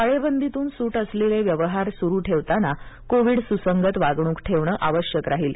टाळेबंदीतून सूट असलेले व्यवहार सुरू ठेवताना कोविड सुसंगत वागणूक ठेवणं आवश्यक राहील